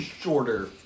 shorter